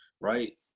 right